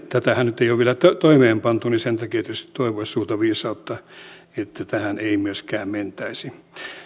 tätähän ei nyt ole vielä toimeenpantu niin sen takia tietysti toivoisi suurta viisautta että tähän ei myöskään mentäisi